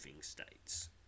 states